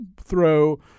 throw